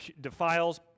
defiles